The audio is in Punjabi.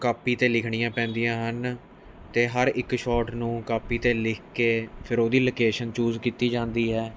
ਕਾਪੀ 'ਤੇ ਲਿਖਣੀਆਂ ਪੈਂਦੀਆਂ ਹਨ ਅਤੇ ਹਰ ਇੱਕ ਸ਼ੋਟ ਨੂੰ ਕਾਪੀ 'ਤੇ ਲਿਖ ਕੇ ਫਿਰ ਉਹਦੀ ਲੋਕੇਸ਼ਨ ਚੂਜ਼ ਕੀਤੀ ਜਾਂਦੀ ਹੈ